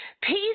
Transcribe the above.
Peace